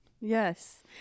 Yes